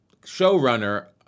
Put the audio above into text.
showrunner